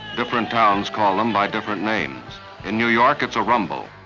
different towns call them by different names new york it's a rumble.